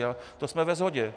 A to jsme ve shodě.